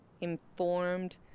informed